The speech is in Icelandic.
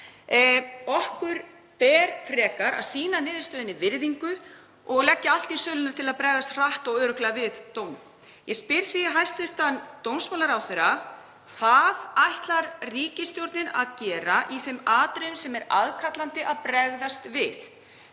Okkar ber frekar að sýna niðurstöðunni virðingu og leggja allt í sölurnar til að bregðast hratt og örugglega við dómnum. Ég spyr því hæstv. dómsmálaráðherra: Hvað ætlar ríkisstjórnin að gera í þeim atriðum sem er aðkallandi að bregðast við?